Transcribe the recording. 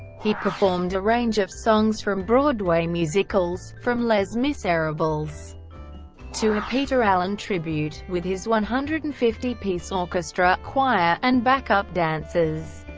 he performed a range of songs from broadway musicals, from les miserables to a peter allen tribute, with his one hundred and fifty piece orchestra, choir, and backup dancers.